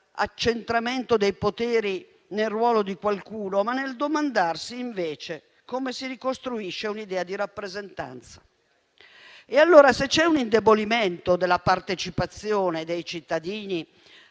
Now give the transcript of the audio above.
dell'accentramento dei poteri nel ruolo di qualcuno, ma nel domandarsi invece come si ricostruisce un'idea di rappresentanza. Se c'è un indebolimento della partecipazione dei cittadini